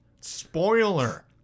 Spoiler